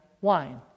wine